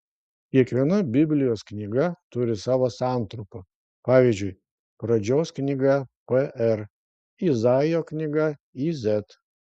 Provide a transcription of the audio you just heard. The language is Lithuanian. kiekviena biblijos knyga turi savo santrumpą pavyzdžiui pradžios knyga pr izaijo knyga iz